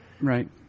Right